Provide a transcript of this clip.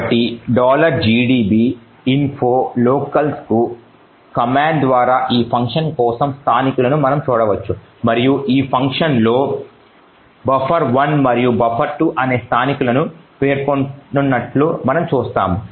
కాబట్టి gdb info locals command ద్వారా ఈ ఫంక్షన్ కోసం స్థానికులను మనం చూడవచ్చు మరియు ఈ ఫంక్షన్లో బఫర్ 1 మరియు బఫర్ 2 అనే 2 స్థానికులను పేర్కొన్నట్లు మనం చూస్తాము